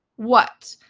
what?